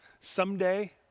Someday